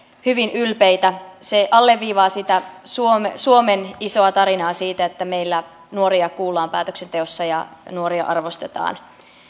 hyvin ylpeitä se alleviivaa sitä suomen isoa tarinaa siitä että meillä nuoria kuullaan päätöksenteossa ja nuoria arvostetaan